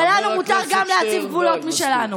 ולנו מותר גם להציב גבולות משלנו.